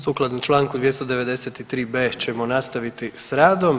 Sukladno članku 293b. ćemo nastaviti sa radom.